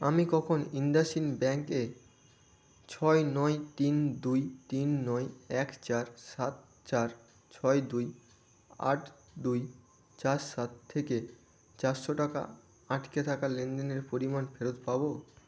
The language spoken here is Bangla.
আমি কখন ইন্ডাসইন্ড ব্যাঙ্কে ছয় নয় তিন দুই তিন নয় এক চার সাত চার ছয় দুই আট দুই চার সাত থেকে চারশো টাকা আটকে থাকা লেনদেনের পরিমাণ ফেরত পাবো